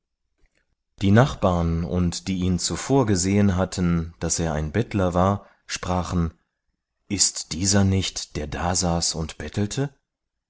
die nachbarn und die ihn zuvor gesehen hatten daß er ein bettler war sprachen ist dieser nicht der dasaß und bettelte